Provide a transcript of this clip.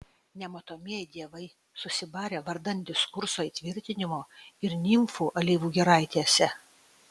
nematomieji dievai susibarę vardan diskurso įtvirtinimo ir nimfų alyvų giraitėse